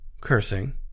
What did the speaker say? cursing